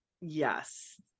Yes